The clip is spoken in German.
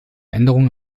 änderung